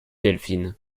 delphine